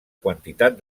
quantitat